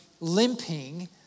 limping